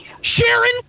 Sharon